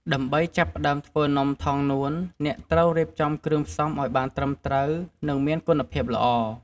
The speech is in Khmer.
ដើម្បីចាប់ផ្ដើមធ្វើនំថងនួន អ្នកត្រូវរៀបចំគ្រឿងផ្សំឲ្យបានត្រឹមត្រូវនិងមានគុណភាពល្អ។